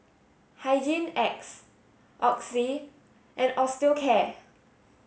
Hygin X Oxy and Osteocare